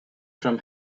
from